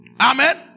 Amen